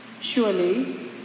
Surely